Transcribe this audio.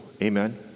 Amen